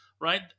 right